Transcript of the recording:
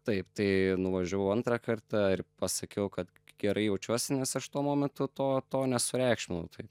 taip tai nuvažiavau antrą kartą ir pasakiau kad gerai jaučiuosi nes aš tuo momentu to to nesureikšminau tai